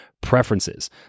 preferences